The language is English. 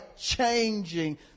changing